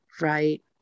right